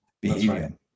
behavior